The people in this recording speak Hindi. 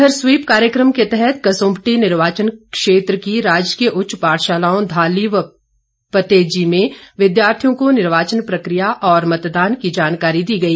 इधर स्वीप कार्यकम के तहत कसुम्पटी निर्वाचन क्षेत्र की राजकीय उच्च पाठशालाओं धाली व पदेची में विद्यार्थियों को निर्वाचन प्रक्रिया और मतदान की जानकारी दी गई